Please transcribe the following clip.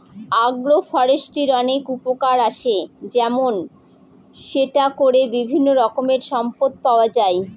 আগ্র ফরেষ্ট্রীর অনেক উপকার আসে যেমন সেটা করে বিভিন্ন রকমের সম্পদ পাওয়া যায়